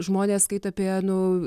žmonės skaito apie nu